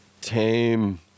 tame